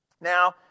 Now